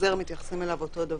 חוזר מתייחסים אליו אותו דבר.